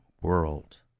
world